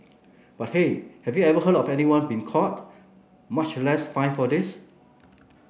but hey have you ever heard of anyone being caught much less fined for this